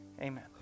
amen